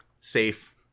safe